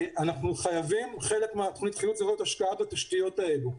אנחנו חייבים שחלק מתוכנית החילוץ הזאת תהיה השקעה בתשתיות האלו.